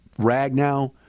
Ragnow